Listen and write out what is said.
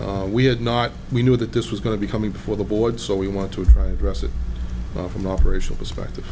we we had not we knew that this was going to be coming before the board so we want to try to dress it from the operational perspective